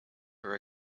her